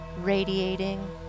radiating